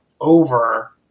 over